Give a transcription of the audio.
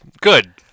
Good